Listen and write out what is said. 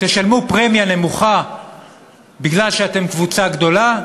תשלמו פרמיה נמוכה מפני שאתם קבוצה גדולה,